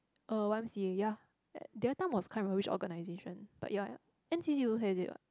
uh Y_M_C_A ya the other time was can't remember which organisation but ya N_C_C also has it [what]